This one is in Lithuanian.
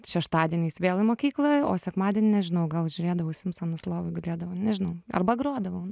šeštadieniais vėl į mokyklą o sekmadienį nežinau gal žiūrėdavau simpsonus lovoj gulėdavau nežinau arba grodavau